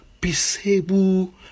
Peaceable